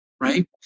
right